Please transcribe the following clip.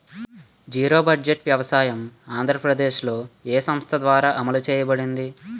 Zero budget సహజ వ్యవసాయం ఆంధ్రప్రదేశ్లో, ఏ సంస్థ ద్వారా అమలు చేయబడింది?